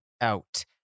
out